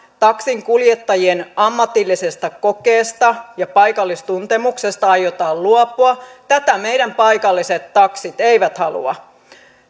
taksinkuljettajien ammatillisesta kokeesta ja paikallistuntemuksesta aiotaan luopua tätä meidän paikalliset taksit eivät halua